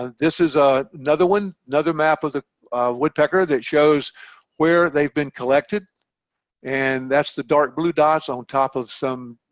this is a nother one another map of the woodpecker that shows where they've been collected and that's the dark blue dots on top of some